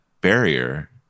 barrier